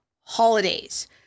holidays